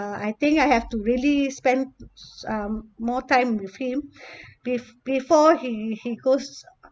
uh I think I have to really spend uh more time with him bef~ before he he goes